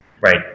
right